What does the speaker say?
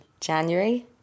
January